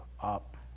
up